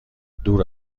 دور